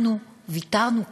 אנחנו ויתרנו כאן,